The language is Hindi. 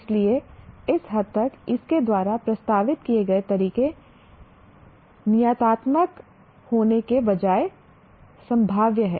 इसलिए इस हद तक इसके द्वारा प्रस्तावित किए गए तरीके नियतात्मक होने के बजाय संभाव्य हैं